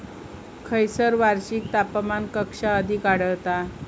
खैयसर वार्षिक तापमान कक्षा अधिक आढळता?